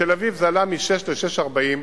בתל-אביב זה עלה מ-6 ל-6.40 שקלים,